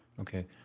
Okay